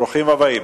ברוכים הבאים.